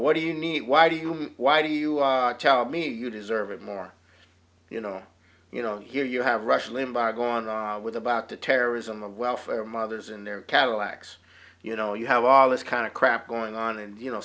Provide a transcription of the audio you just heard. what do you need why do you mean why do you tell me you deserve it more you know you know here you have rush limbaugh gone with about the terrorism of welfare mothers and their cadillacs you know you have all this kind of crap going on and you know